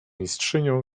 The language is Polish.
mistrzynią